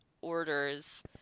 orders